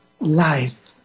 life